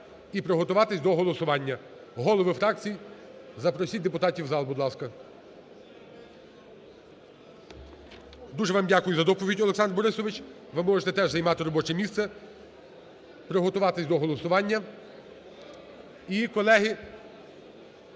і приготуватись до голосування. Голови фракцій запросіть депутатів в зал, будь ласка. Дуже вам дякую за доповідь Олександр Борисович, ви можете теж займати робоче місце, приготуватись до голосування. І, колеги,